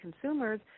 consumers